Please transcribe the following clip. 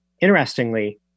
Interestingly